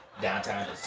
downtown